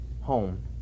home